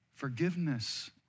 Forgiveness